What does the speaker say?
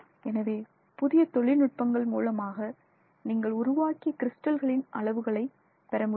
எனவே புதிய தொழில்நுட்பங்கள் மூலமாக நீங்கள் உருவாக்கிய கிறிஸ்டல்களின் அளவுகளை பெறமுடியும்